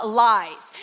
lies